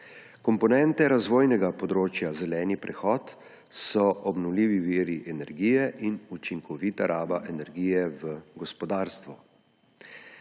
Komponente razvojnega področja zeleni prehod so obnovljivi viri energije in učinkovita raba energije v gospodarstvu: